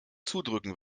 zudrücken